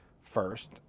first